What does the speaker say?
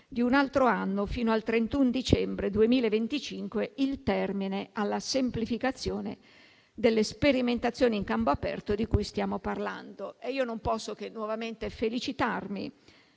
di un altro anno, fino al 31 dicembre 2025, il termine alla semplificazione delle sperimentazioni in campo aperto di cui stiamo parlando. Io non posso che nuovamente felicitarmi